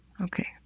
Okay